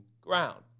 ground